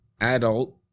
adult